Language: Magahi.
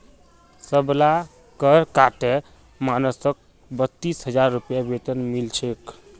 सबला कर काटे मानसक बत्तीस हजार रूपए वेतन मिल छेक